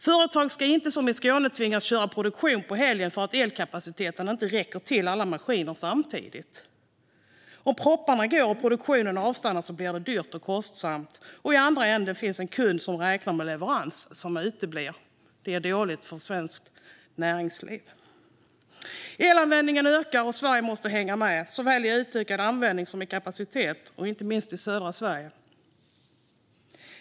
Företag ska inte, som i Skåne, tvingas köra produktion på helgen för att elkapaciteten inte räcker till alla maskiner samtidigt. Om propparna går och produktionen avstannar blir det kostsamt, och i andra änden finns en kund som räknar med leverans som uteblir. Det är dåligt för svenskt näringsliv. Elanvändningen ökar och Sverige måste hänga med, såväl i utökad användning som i kapacitet, och då inte minst i södra Sverige.